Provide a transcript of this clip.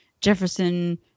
Jefferson